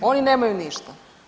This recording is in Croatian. Oni nemaju ništa.